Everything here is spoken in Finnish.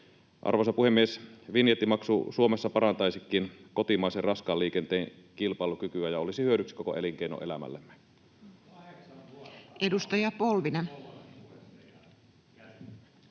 Arvoisa puhemies, vinjettimaksu Suomessa parantaisikin kotimaisen raskaan liikenteen kilpailukykyä ja olisi hyödyksi koko elinkeinoelämällemme.